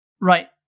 Right